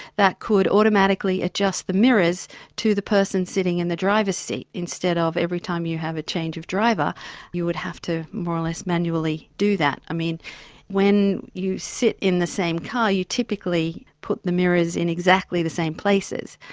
that could automatically adjust the mirrors to the person sitting in the driver's seat, instead of every time you have a change of driver you would have to more or less manually do that. when you sit in the same car you typically put the mirrors in exactly the same places,